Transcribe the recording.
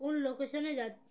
কোন লোকেশনে যাচ্ছি